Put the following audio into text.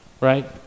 Right